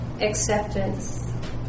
acceptance